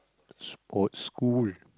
sports school